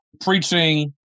Preaching